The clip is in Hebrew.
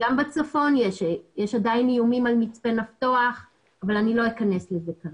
בצפון יש עדיין איומים על מצפה נפתוח אבל אני כרגע לא אכנס לזה.